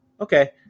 Okay